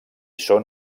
són